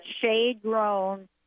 shade-grown